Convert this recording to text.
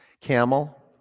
Camel